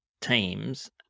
teams